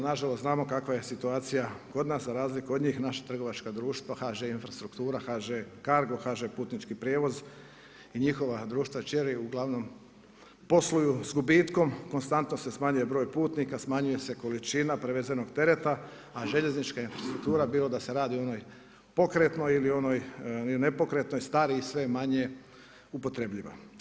Nažalost znamo kakva je situacija kod nas, za razliku od njih, naša trgovačka društva HŽ infrastruktura, HŽ Cargo, HŽ putnički prijevoz i njihova društva kćeri uglavnom posluju s gubitkom, konstantno se smanjuje broj putnika, smanjuje se količina prevezenog tereta a željeznička infrastruktura, bilo da se radi o onoj pokretnoj ili onoj nepokretnoj, stari i sve manje je upotrebljiva.